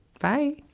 Bye